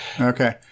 Okay